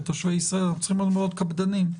ותושביה אנחנו צריכים להיות מאוד קפדניים.